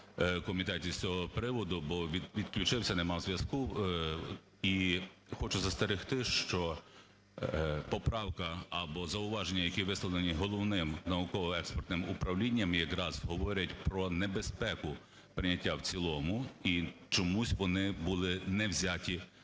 комітеті з цього приводу, бо відключився, немає зв'язку. І хочу застерегти, що поправка або зауваження, які висловлені Головним науково- експертним управлінням, якраз говорять про небезпеку прийняття в цілому, і чомусь вони були не взяті до